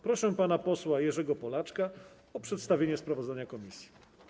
Proszę pana posła Jerzego Polaczka o przedstawienie sprawozdania komisji.